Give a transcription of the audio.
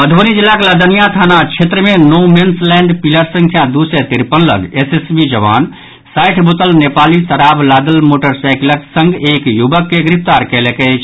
मधुबनी जिलाक लदनिया थाना क्षेत्र मे नो मेंस लैंड पिलर संख्या दू सय तिरपन लऽग एसएसबी जवान साठि बोतल नेपाली शराब लादल मोटरसाईकिलक संग एक युवक के गिरफ्तार कयल अछि